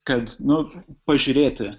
kad nu pažiūrėti